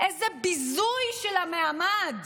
איזה ביזוי של המעמד.